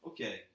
Okay